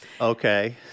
Okay